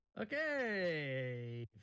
Okay